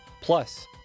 plus